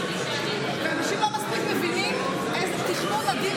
אנשים לא מספיק מבינים איזה תכנון נדיר